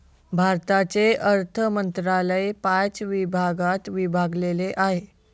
भारताचे अर्थ मंत्रालय पाच भागात विभागलेले आहे